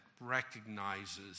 recognizes